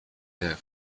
der